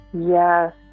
Yes